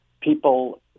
people